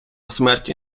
смерті